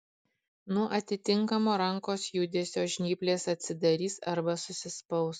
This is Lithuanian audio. nuo atitinkamo rankos judesio žnyplės atsidarys arba susispaus